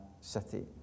city